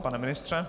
Pane ministře?